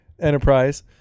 Enterprise